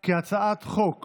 כי הצעת חוק